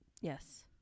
Yes